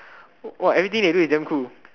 !wah! everything they do is damn cool